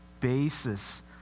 basis